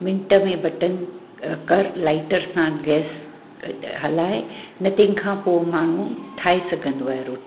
minute में बटण अ कर लाइटर सां गैस हलाइ न तंहिंखां पोइ माण्हू ठाही सघंदो आहे रोटी